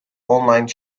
online